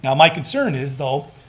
yeah my concern is though